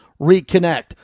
reconnect